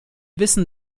wissen